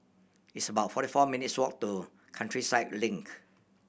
it's about forty four minutes' walk to Countryside Link